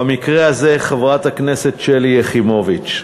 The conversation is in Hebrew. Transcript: במקרה הזה חברת הכנסת שלי יחימוביץ,